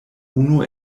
unu